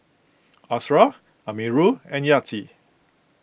Ashraff Amirul and Yati